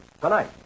tonight